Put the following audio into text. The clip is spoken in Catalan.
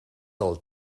del